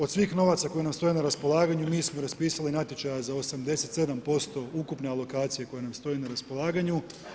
Od svih novaca koji nam stoje na raspolaganju, mi smo raspisali natječaje za 87% ukupne alokacije koja nam stoji na raspolaganju.